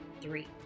three